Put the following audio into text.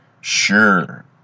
Sure